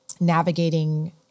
navigating